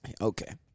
okay